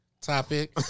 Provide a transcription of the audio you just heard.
topic